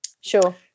Sure